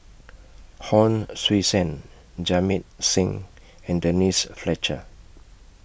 Hon Sui Sen Jamit Singh and Denise Fletcher